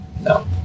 No